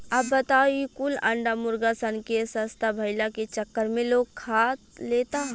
अब बताव ई कुल अंडा मुर्गा सन के सस्ता भईला के चक्कर में लोग खा लेता